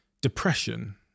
Depression